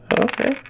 Okay